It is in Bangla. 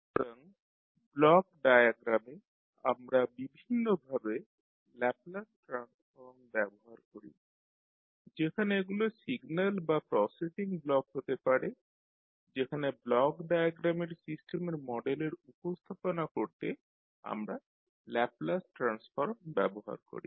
সুতরাং ব্লক ডায়াগ্রামে আমরা বিভিন্ন ভাবে ল্যাপলাস ট্রান্সফর্ম ব্যবহার করি যেখানে এগুলো সিগন্যাল বা প্রসেসিং ব্লক হতে পারে যেখানে ব্লক ডায়াগ্রামের সিস্টেমের মডেলের উপস্থাপনা করতে আমরা ল্যাপলাস ট্রান্সফর্ম ব্যবহার করি